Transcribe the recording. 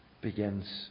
begins